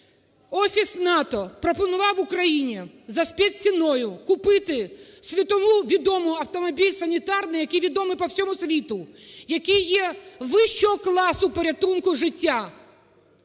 Офіс НАТО пропонував Україні заспецціною купити світову відому – автомобіль санітарний, який відомий по всьому світу, який є вищого класу порятунку життя.